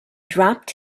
dropped